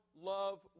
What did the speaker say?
love